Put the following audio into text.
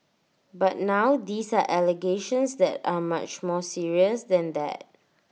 but now these are allegations that are much more serious than that